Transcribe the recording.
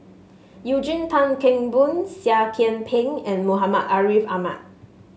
Eugene Tan Kheng Boon Seah Kian Peng and Muhammad Ariff Ahmad